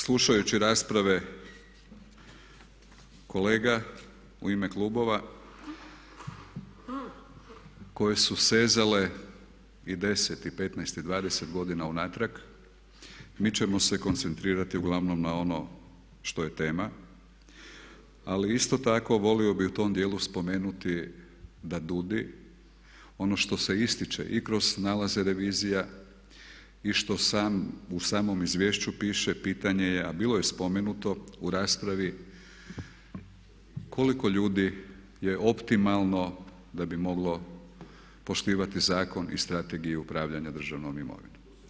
Nadalje, slušajući rasprave kolega u ime klubova koje su sezale i 1, 15 i 20 godina unatrag mi ćemo se koncentrirati uglavnom na ono što je tema ali isto tako volio bi u tom dijelu spomenuti da DUUDI ono što se ističe i kroz nalaze revizija i što u samom izvješću piše pitanje je a bilo je spomenuto u raspravi koliko ljudi je optimalno da bi moglo poštivati zakon i strategiju upravljanja državnom imovinom.